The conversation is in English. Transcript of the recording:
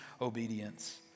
obedience